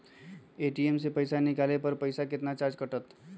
ATM से पईसा निकाले पर पईसा केतना चार्ज कटतई?